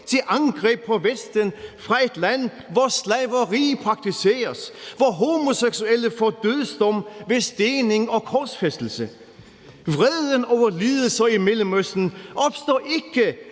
til angreb på Vesten fra et land, hvor slaveri praktiseres, hvor homoseksuelle får dødsdomme ved stening og korsfæstelse. Kl. 00:32 Vreden over lidelser i Mellemøsten opstår ikke